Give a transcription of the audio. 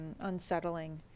unsettling